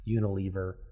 Unilever